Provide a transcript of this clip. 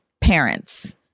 parents